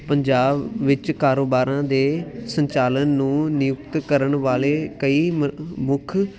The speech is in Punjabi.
ਪੰਜਾਬ ਵਿੱਚ ਕਾਰੋਬਾਰਾਂ ਦੇ ਸੰਚਾਲਨ ਨੂੰ ਨਿਯੁਕਤ ਕਰਨ ਵਾਲੇ ਕਈ ਮ ਮੁੱਖ